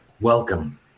welcome